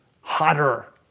hotter